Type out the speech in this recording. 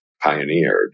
pioneered